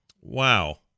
Wow